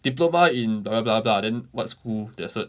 diploma in blah blah blah blah then what school the cert